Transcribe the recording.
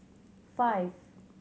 five